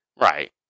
Right